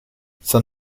san